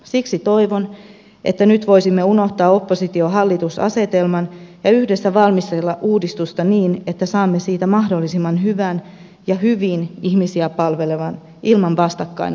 siksi toivon että nyt voisimme unohtaa oppositiohallitus asetelman ja yhdessä valmistella uudistusta niin että saamme siitä mahdollisimman hyvän ja hyvin ihmisiä palvelevan ilman vastakkainasettelua